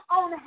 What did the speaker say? on